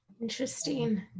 Interesting